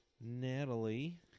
Natalie